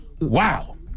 wow